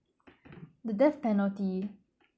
the death penalty